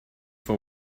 for